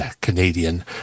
Canadian